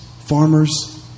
farmers